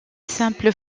simple